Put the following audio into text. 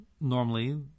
normally